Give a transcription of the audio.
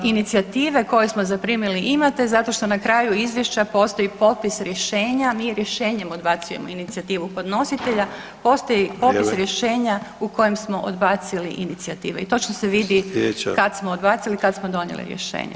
Inicijative koje smo zaprimili imate zato što na kraju Izvješća postoji popis rješenja, mi rješenjem odbacujemo inicijativu podnositelja, postoji popis rješenja [[Upadica: Vrijeme.]] u kojem smo odbacili inicijative i točno se vidi [[Upadica: Sljedeća…]] kad smo odbacili, kad smo donijeli rješenje.